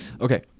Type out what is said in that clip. Okay